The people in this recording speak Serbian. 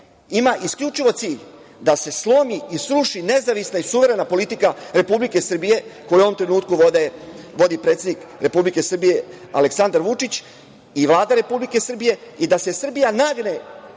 ima isključivo cilj da se slomi i sruši nezavisna i suverena politika Republike Srbije, koju u ovom trenutku vodi predsednik Republike Srbije Aleksandar Vučić i Vlada Republike Srbije i da se Srbija nagne